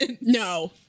no